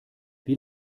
wie